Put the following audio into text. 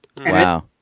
Wow